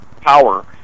power